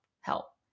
help